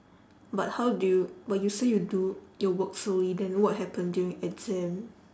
but how do but you say you do your work slowly then what happen during exam